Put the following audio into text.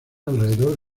alrededor